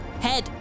head